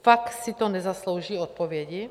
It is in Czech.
Fakt si to nezaslouží odpovědi?